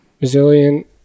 resilient